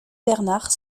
bernard